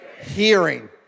Hearing